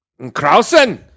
Krausen